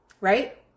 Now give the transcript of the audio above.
Right